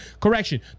correction